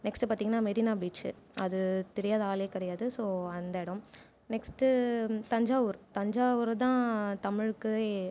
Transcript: next பார்த்திங்கன்னா Marina beach அது தெரியாத ஆளே கிடையாது ஸோ அந்த இடம் நெக்ஸ்ட்டு தஞ்சாவூர் தஞ்சாவூருதான் தமிழுக்கு